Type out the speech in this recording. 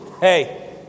hey